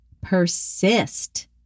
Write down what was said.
Persist